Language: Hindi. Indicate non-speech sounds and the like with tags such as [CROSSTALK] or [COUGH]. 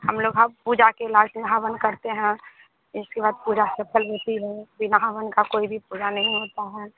हम लोग [UNINTELLIGIBLE] पूजा के लास्ट में हवन करते हैं इसके बाद पूजा सफल होती है बिना हवन का कोई भी पूजा नहीं होता है